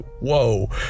whoa